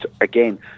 again